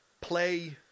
Play